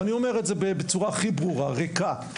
ואני אומר את זה בצורה הכי ברורה הבטחה ריקה